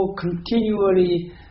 continually